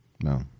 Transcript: No